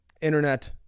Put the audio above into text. internet